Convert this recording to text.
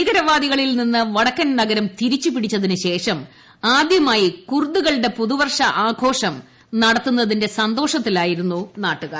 ഭീകരവാദികളിൽ നിന്ന് വടക്കൻ നഗരം തിരിച്ചു പിടിച്ചതിനു ശേഷം ആദ്യമായി കുർദ്ദുകളുടെ പുതുവർഷ ആഘോഷം നടത്തുന്നതിന്റെ സന്തോഷത്തിലായിരുന്നു നാട്ടുകാർ